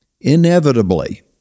Inevitably